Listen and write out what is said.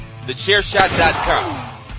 TheChairShot.com